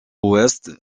ouest